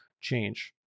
change